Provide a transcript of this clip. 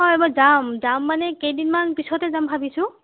অঁ এইবাৰ যাম যাম মানে কেইদিনমান পিছতে যাম বুলি ভাবিছোঁ